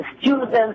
students